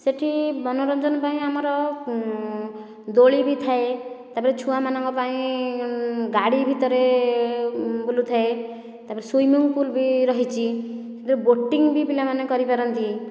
ସେଠି ମନୋରଞ୍ଜନ ପାଇଁ ଆମର ଦୋଳି ବି ଥାଏ ତାପରେ ଛୁଆମାନଙ୍କ ପାଇଁ ଗାଡ଼ି ଭିତରେ ବୁଲୁଥାଏ ତାପରେ ସୁଇମିଙ୍ଗ ପୁଲ୍ ବି ରହିଛି ସେଥିରେ ବୋଟିଙ୍ଗ ବି ପିଲାମାନେ କରିପାରନ୍ତି